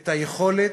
את היכולת,